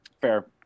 fair